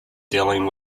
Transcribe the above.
dealing